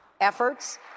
efforts